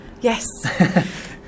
Yes